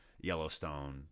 Yellowstone